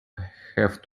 have